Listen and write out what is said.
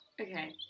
Okay